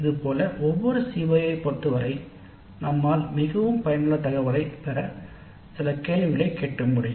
இதேபோல் ஒவ்வொரு CO ஐப் பொறுத்தவரை நம்மால் மிகவும் பயனுள்ள தரவைப் பெற சில கேள்விகளைக் கேட்க முடியும்